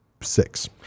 six